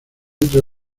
entre